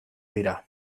dira